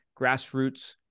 grassroots